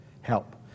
help